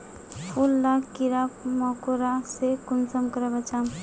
फूल लाक कीड़ा मकोड़ा से कुंसम करे बचाम?